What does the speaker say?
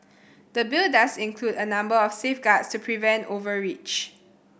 the Bill does include a number of safeguards to prevent overreach